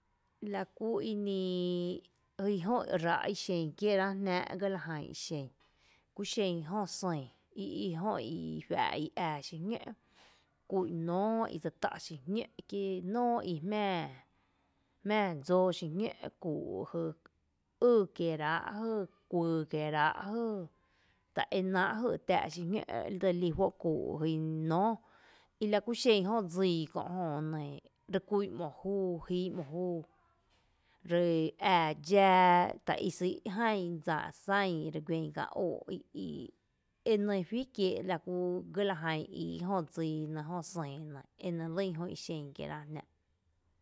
La kú inii jyn jö ráá’ ixen kieerá’ jnáá’ ga la jan ixen, kúxen jö sÿÿ i i jö i fá’ e ⱥⱥ xiñó’ kú’n nóó i dse tá’ xiñó’ kí nóó i jmⱥⱥ jmⱥⱥ dsóó xiñó’ o kuu’ jy ý kieerá’ jy, jy kuyy kieerá’ jy ta énáá’ lajy e tⱥⱥ’ xiñó’ dselí juó’ kuu’ jyn nóó ila kuxen jö dsii kö’ jö, re kú’n mo júú jin mo júú re ⱥⱥ dxáá ta i sý’ jyn dsa sán ire guen kää óó’ i i enɇ fí kiee’ ga la jan jö dsii nɇ, jö sÿÿ nɇ, e nɇ lýn jó ixen kieerá’ jnáá’.